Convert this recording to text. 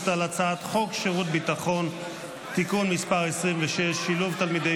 על הצעת חוק שירות ביטחון (תיקון מס' 26) (שילוב תלמידי